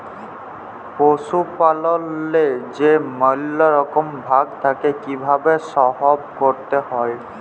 পশুপাললেল্লে যে ম্যালা রকম ভাগ থ্যাকে কিভাবে সহব ক্যরতে হয়